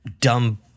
dumb